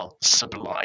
sublime